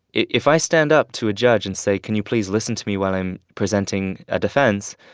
if i stand up to a judge and say, can you please listen to me while i'm presenting a defense,